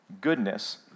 goodness